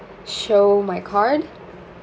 show my card